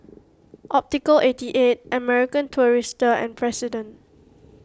Optical eighty eight American Tourister and President